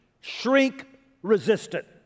shrink-resistant